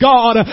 God